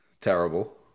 Terrible